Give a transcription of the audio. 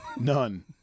None